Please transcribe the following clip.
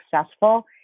successful